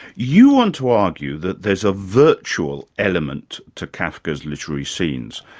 you want to argue that there's a virtual element to kafka's literary scenes,